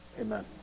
amen